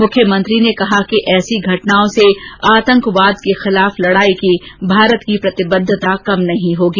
मुख्यमंत्री ने कहा कि ऐसी घटनाओं से आतंकवाद के खिलाफ लडाई की भारत की प्रतिबद्वता कम नहीं होगी